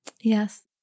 Yes